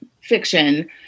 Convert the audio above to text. fiction